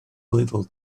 little